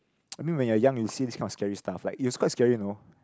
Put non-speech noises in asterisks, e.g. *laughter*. *noise* I mean when you are young you see this kind of scary stuff like it was quite scary you know